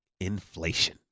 inflation